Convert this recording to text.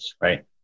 right